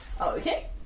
Okay